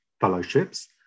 fellowships